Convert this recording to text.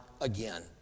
again